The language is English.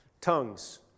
Tongues